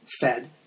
fed